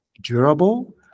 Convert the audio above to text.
durable